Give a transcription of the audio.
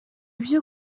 byo